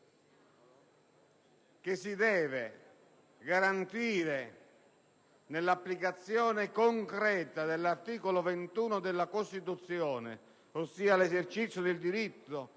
che si deve garantire nell'applicazione concreta dell'articolo 21 della Costituzione (dedicato all'esercizio del diritto